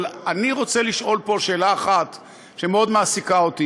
אבל אני רוצה לשאול פה שאלה אחת שמאוד מעסיקה אותי,